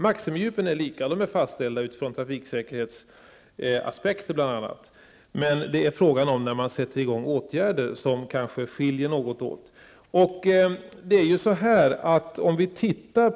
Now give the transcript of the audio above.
Maximidjupen är lika stora, och de är fastställda bl.a. från trafiksäkerhetsverkets utgångspunkter. I frågan om när man sätter i gång åtgärder skiljer det dock något.